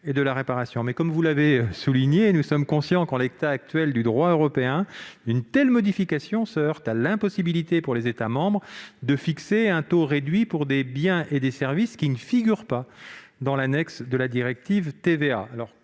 et de la réparation. Néanmoins- M. Gold l'a lui-même souligné -, nous sommes conscients que, en l'état actuel du droit européen une telle modification se heurte à l'impossibilité pour les États membres de fixer un taux réduit pour des biens et des services qui ne figurent pas dans l'annexe de la directive TVA.